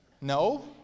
No